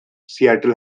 seattle